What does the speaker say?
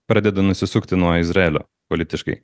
pradeda nusisukti nuo izraelio politiškai